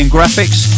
Graphics